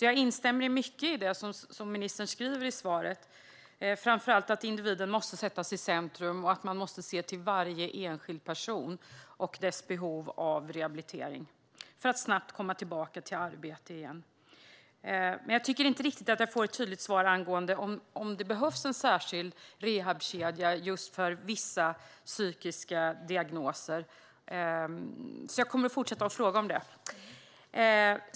Jag instämmer i mycket av det som ministern säger i svaret, framför allt att individen måste sättas i centrum och att man måste se till varje enskild person och dess behov av rehabilitering för att snabbt komma tillbaka i arbete igen. Men jag tycker inte att jag får ett riktigt tydligt svar angående om det behövs en särskild rehabkedja just för vissa psykiska diagnoser, så jag kommer att fortsätta att fråga om det.